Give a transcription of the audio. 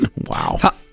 Wow